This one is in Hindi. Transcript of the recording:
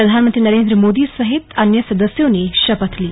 प्रधानमंत्री नरेन्द्र मोदी सहित अन्य सदस्यों ने शपथ ली